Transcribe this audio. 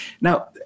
now